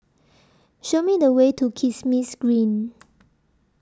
Show Me The Way to Kismis Green